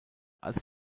als